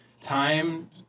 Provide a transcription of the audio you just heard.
time